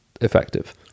effective